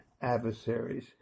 adversaries